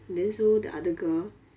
then so the other girl